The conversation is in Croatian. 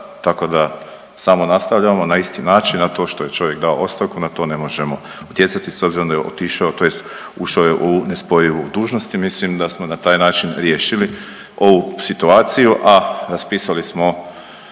Tako da samo nastavljamo na isti način, a to što je čovjek dao ostavku na to ne možemo utjecati s obzirom da je otišao tj. ušao je u nespojivu dužnost i mislim da smo na taj način riješili ovu situaciju, a raspisali smo